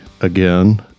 again